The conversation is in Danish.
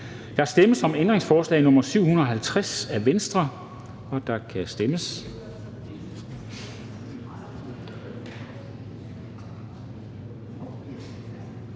Der stemmes om ændringsforslag nr. 723 af V,